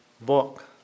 book